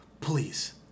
Please